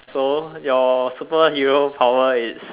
so your superhero power is